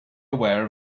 aware